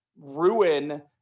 ruin